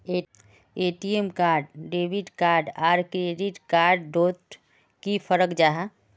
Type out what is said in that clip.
ATM card debit card आर credit card डोट की फरक जाहा?